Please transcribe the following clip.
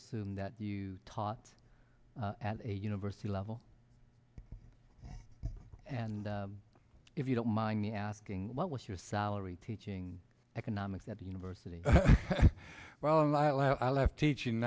assume that you taught at a university level and if you don't mind me asking what was your salary teaching economics at the university well i left teaching